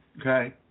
Okay